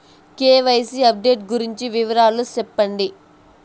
KYC update గురించి వివరాలు సెప్పండి?